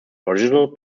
original